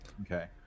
Okay